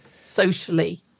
socially